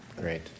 great